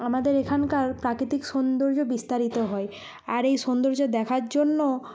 আমাদের এখানকার প্রাকৃতিক সৌন্দর্য বিস্তারিত হয় আর এই সৌন্দর্য দেখার জন্য